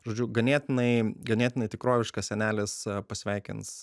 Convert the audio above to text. žodžiu ganėtinai ganėtinai tikroviškas senelis pasveikins